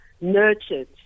nurtured